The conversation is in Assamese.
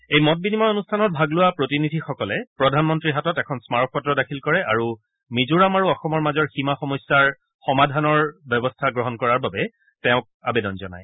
এই মত বিনিময় অনুষ্ঠানত বাগ লোৱা প্ৰতিনিধি সকলে প্ৰধানমন্তীৰ হাত এখন স্মাৰক পত্ৰ দাখিল কৰে আৰু মিজোৰাম আৰু অসমৰ মাজৰ সীমা সমস্যাৰ সমাধানৰ ব্যৱস্থা কৰাৰ বাবে তেওঁক আবেদন জনায়